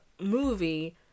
movie